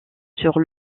sur